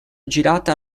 girata